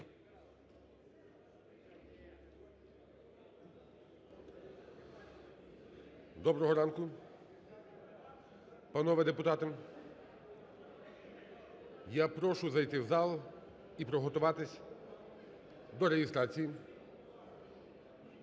Доброго ранку, панове депутати! Я прошу зайти в зал і приготуватись до реєстрації.